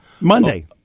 Monday